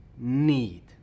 need